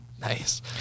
Nice